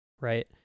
right